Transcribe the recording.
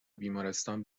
بیمارستان